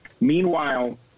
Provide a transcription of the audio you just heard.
Meanwhile